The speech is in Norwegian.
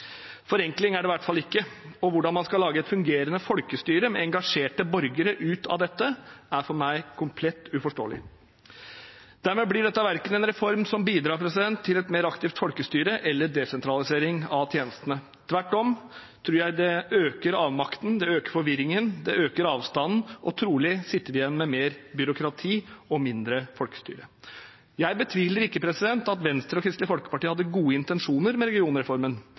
Forenkling er det i hvert fall ikke. Hvordan man skal lage et fungerende folkestyre med engasjerte borgere ut av dette, er for meg komplett uforståelig. Dermed blir dette en reform som verken bidrar til et mer aktivt folkestyre eller til desentralisering av tjenestene. Tvert om tror jeg det øker avmakten, øker forvirringen, øker avstanden. Trolig sitter vi igjen med mer byråkrati og mindre folkestyre. Jeg betviler ikke at Venstre og Kristelig Folkeparti hadde gode intensjoner med regionreformen,